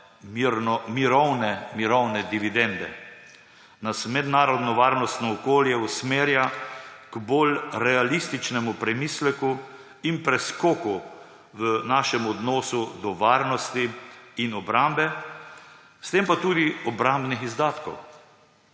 mirovne dividende, nas mednarodno varnostno okolje usmerja k bolj realističnemu premisleku in preskoku v našem odnosu do varnosti in obrambe, s tem pa tudi obrambnih izdatkov.